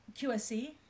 QSC